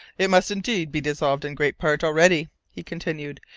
it must indeed be dissolved in great part already, he continued,